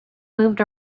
moved